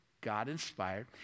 God-inspired